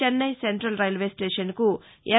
Chennai central railway station కు ఎమ్